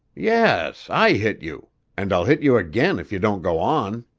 yes, i hit you and i'll hit you again if you don't go on.